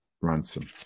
Ransom